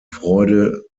freude